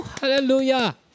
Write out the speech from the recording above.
Hallelujah